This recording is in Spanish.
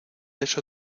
eso